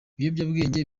ibiyobyabwenge